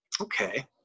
okay